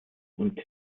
und